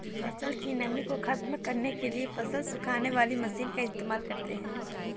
फसल की नमी को ख़त्म करने के लिए फसल सुखाने वाली मशीन का इस्तेमाल करते हैं